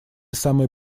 самой